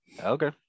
Okay